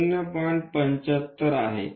75 आहेत